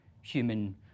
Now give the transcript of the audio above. human